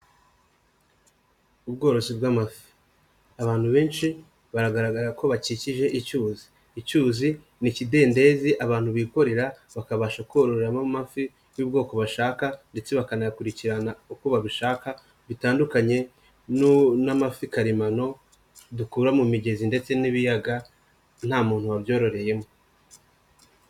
Ubworozi bw'amafi, abantu benshi baragaragara ko bakikije icyuzi, icyuzi ni ikidendezi abantu bikorera, bakabasha kororeramo amafi y'ubwoko bashaka ndetse bakanayakurikirana uko babishaka, bitandukanye n'amafi karemano dukura mu migezi ndetse n'ibiyaga nta muntu wabyororeyemo.